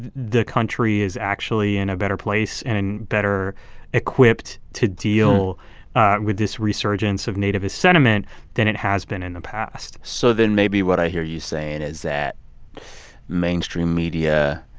the the country is actually in a better place and better equipped to deal with this resurgence of nativist sentiment than it has been in the past so then maybe what i hear you saying is that mainstream media